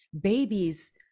babies